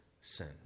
sin